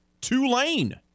Tulane